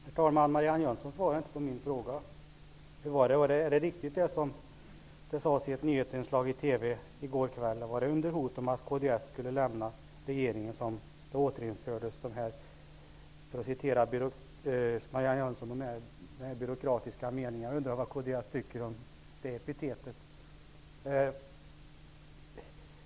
Herr talman! Marianne Jönsson svarade inte på min fråga. Var det riktigt det som sades i ett nyhetsinslag i TV i går kväll, att det var under hot om att kds skulle lämna regeringen som den -- för att citera Marianne Jönsson -- ''byråkratiska meningen'' återinfördes. Jag undrar vad kds tycker om det epitetet.